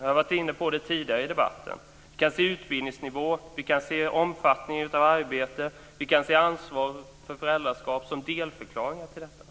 Jag har varit inne på det tidigare i debatten. Vi kan se utbildningsnivå, omfattningen av arbete och ansvar för föräldraskap som delförklaringar till detta.